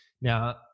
Now